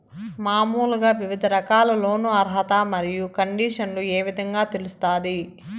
మామూలుగా వివిధ రకాల లోను అర్హత మరియు కండిషన్లు ఏ విధంగా తెలుస్తాది?